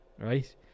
right